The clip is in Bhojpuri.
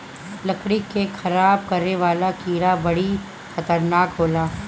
लकड़ी के खराब करे वाला कीड़ा बड़ी खतरनाक होला